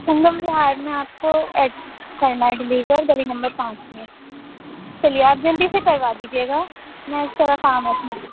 سنگم وہار میں آپ کو ایڈ کرنا ہے ڈیلیور گلی نمبر پانچ میں چلیے آپ جلدی سے کروا دیجیے گا میں تھوڑا کام ہے اپنے کو